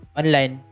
online